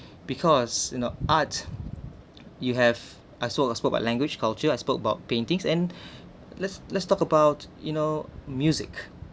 because you know art you have I spoke I spoke about language culture I spoke about paintings and let's let's talk about you know music